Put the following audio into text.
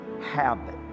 habit